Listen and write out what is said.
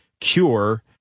cure